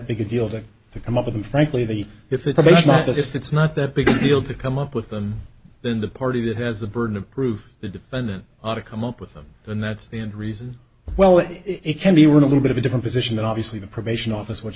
big a deal to to come up with and frankly the if it's not just it's not that big a deal to come up with them then the party that has the burden of proof the defendant ought to come up with them and that's the end reason well it can be we're in a little bit of a different position than obviously the probation office which